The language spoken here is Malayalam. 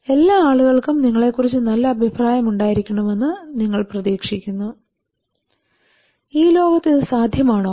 എല്ലാ ആളുകൾക്കും നിങ്ങളെക്കുറിച്ച് നല്ല അഭിപ്രായം ഉണ്ടായിരിക്കണമെന്ന് നിങ്ങൾപ്രതീക്ഷിക്കുന്നു ഈ ലോകത്ത് ഇത് സാധ്യമാണോ